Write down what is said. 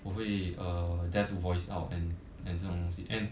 我会 uh dare to voice out and and 这种东西 and